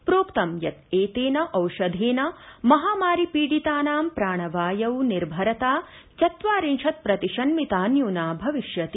प्रोक्त यत् एतेन औषधेन महामारिपीडितानां प्राणवायौ निर्भरता चत्वारिंशत् प्रतिशन्मिता न्यूना भविष्यति